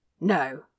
No